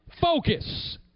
focus